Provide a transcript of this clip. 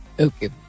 Okay